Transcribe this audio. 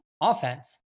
offense